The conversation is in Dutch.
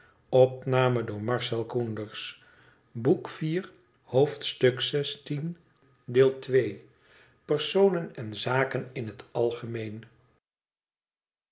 psrsonen en zaken in het algemeen